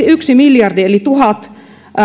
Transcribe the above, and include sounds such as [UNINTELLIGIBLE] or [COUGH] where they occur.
[UNINTELLIGIBLE] yksi miljardi eli tuhat